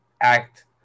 act